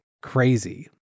Crazy